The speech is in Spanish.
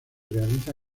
realiza